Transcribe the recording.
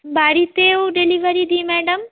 বাড়িতেও ডেলিভারি দিই ম্যাডাম